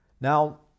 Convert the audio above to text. Now